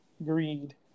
greed